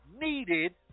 needed